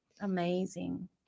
Amazing